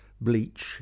bleach